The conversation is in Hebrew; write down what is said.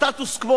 הסטטוס-קוו